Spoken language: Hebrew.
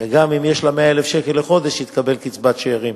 וגם אם יש לה 100,000 לחודש היא תקבל קצבת שאירים.